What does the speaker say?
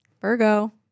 Virgo